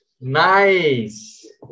Nice